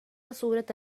صورة